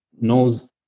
knows